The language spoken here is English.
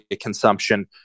consumption